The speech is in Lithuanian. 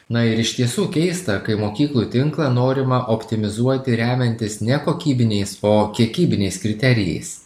na ir iš tiesų keista kai mokyklų tinklą norima optimizuoti remiantis ne kokybiniais o kiekybiniais kriterijais